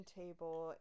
table